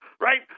Right